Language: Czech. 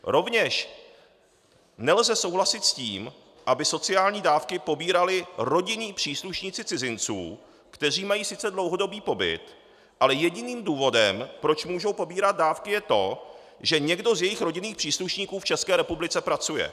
Rovněž nelze souhlasit s tím, aby sociální dávky pobírali rodinní příslušníci cizinců, kteří mají sice dlouhodobý pobyt, ale jediným důvodem, proč můžou pobírat dávky, je to, že někdo z jejich rodinných příslušníků v České republice pracuje.